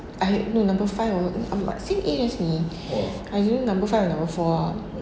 I had know number five or um same age as me I don't know number five or number four ah